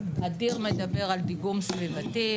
אדיר מדבר על דיגום סביבתי.